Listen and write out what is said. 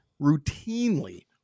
routinely